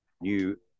new